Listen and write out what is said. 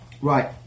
right